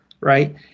right